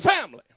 family